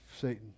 Satan